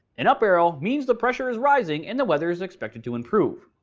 an up arrow means the pressure is rising and the weather is expected to improve.